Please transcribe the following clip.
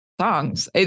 songs